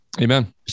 Amen